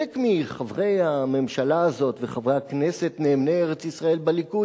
הרי שלחלק מחברי הממשלה הזאת וחברי הכנסת נאמני ארץ-ישראל בליכוד,